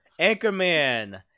Anchorman